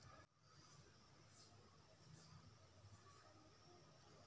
हम ट्रैक्टर सब के लिए ऑनलाइन कर सके हिये?